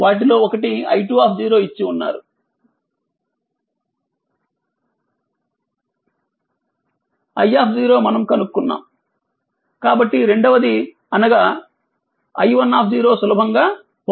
వాటిలో ఒకటి i2 ఇచ్చి ఉన్నారు i మనము కనుక్కున్నాము కాబట్టిరెండవది అనగా i1 సులభంగా పొందవచ్చు